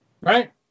right